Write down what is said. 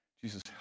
Jesus